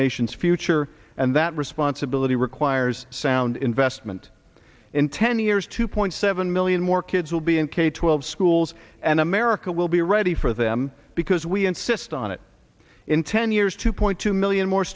nation's future and that responsibility requires sound investment in ten years two point seven million more kids will be in k twelve schools and america will be ready for them because we insist on it in ten years two point two million more